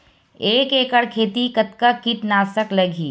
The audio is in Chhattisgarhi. एक एकड़ खेती कतका किट नाशक लगही?